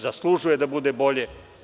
Zaslužuje da bude bolje.